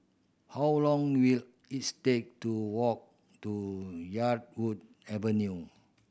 how long will is take to walk to Yarwood Avenue